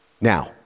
now